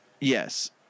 Yes